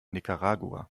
nicaragua